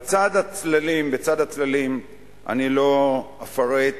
בצד הצללים אני לא אפרט,